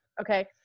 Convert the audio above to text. okay